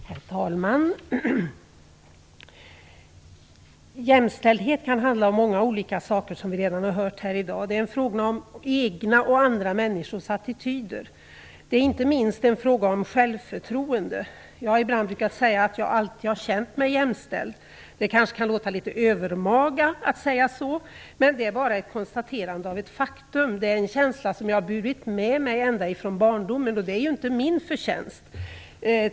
Herr talman! Jämställdhet kan handla om många olika saker. Det har vi redan hört här i dag. Det är en fråga om egna och andra människors attityder. Det är inte minst en fråga om självförtroende. Jag brukar säga att jag alltid har känt mig jämställd. Det kanske låter litet övermaga att säga så, men det är ett konstaterande av faktum. Det är en känsla som jag har burit med mig från barndomen. Det är inte min förtjänst.